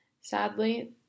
Sadly